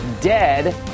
dead